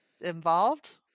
involved